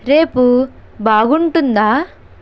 రేపు బాగుంటుందా